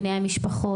בני המשפחות.